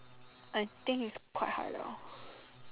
I think is quite high liao